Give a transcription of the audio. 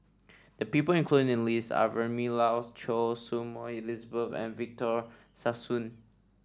the people included in the list are Vilma Laus Choy Su Moi Elizabeth and Victor Sassoon